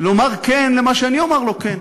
לומר כן למה שאני אומר לו כן.